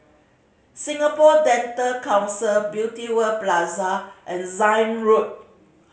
Singapore Dental Council Beauty World Plaza and Zion Road